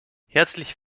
herzlich